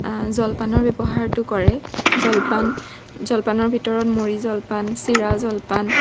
জলপানৰ ব্যৱহাৰটো কৰে জলপান জলপানৰ ভিতৰত মুৰি জলপান চিৰা জলপান